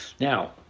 Now